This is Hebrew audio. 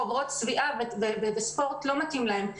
חוברות צביעה וספורט לא מתאים להם.